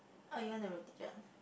or you want to be teacher